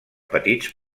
petits